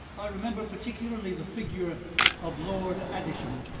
i remember particularly the figure of lord adisham.